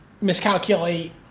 miscalculate